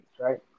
right